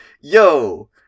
yo